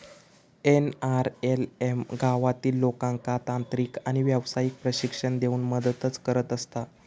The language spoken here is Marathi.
एन.आर.एल.एम गावातील लोकांका तांत्रिक आणि व्यावसायिक प्रशिक्षण देऊन मदतच करत असता